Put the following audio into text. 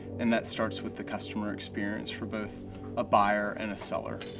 and that starts with the customer experience for both a buyer and a seller.